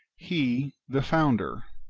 he the founder,